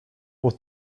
pour